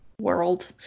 world